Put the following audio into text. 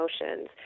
emotions